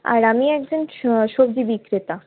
আর আমি একজন স সবজি বিক্রেতা